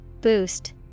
Boost